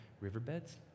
riverbeds